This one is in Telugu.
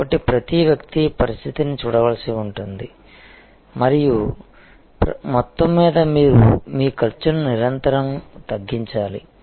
కాబట్టి ప్రతి వ్యక్తి పరిస్థితిని చూడవలసి ఉంటుంది మరియు మొత్తం మీద మీరు మీ ఖర్చును నిరంతరం తగ్గించాలి